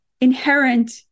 inherent